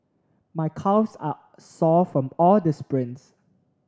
my calves are sore from all the sprints